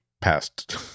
past